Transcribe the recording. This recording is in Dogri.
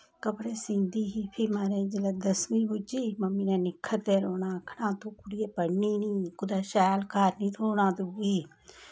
कपड़े सींदी ही फ्ही म्हाराज जेल्लै दसमीं पुज्जी मम्मी ने निक्खरदे रौह्ना आखना तूं कुड़ियै पढ़नी निं कुतै शैल घर निं थ्होना तुगी